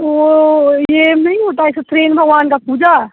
वो ये नहीं होता है इसमें सत्यनारायण भगवान की पूजा